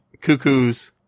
Cuckoos